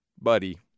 Buddy